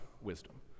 wisdom